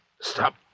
Stop